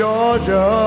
Georgia